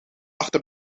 achter